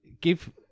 Give